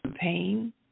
pain